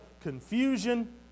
confusion